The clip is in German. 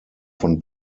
von